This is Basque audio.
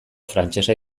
frantsesa